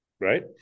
Right